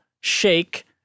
shake